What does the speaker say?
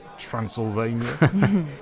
Transylvania